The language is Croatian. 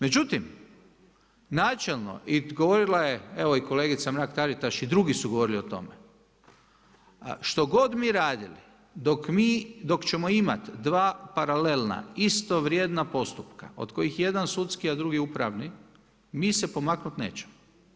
Međutim, načelno i govorila je evo kolegica Mrak-Taritaš i drugi su govorili o tome, što god mi radili, dok ćemo imati 2 paralelna, istovrijedna postupka, od kojih je jedan sudski a drugi upravni, mi se pomaknuti nećemo.